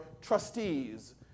trustees